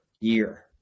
year